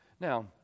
Now